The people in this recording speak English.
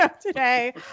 today